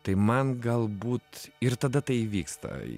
tai man galbūt ir tada tai įvyks tai